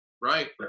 Right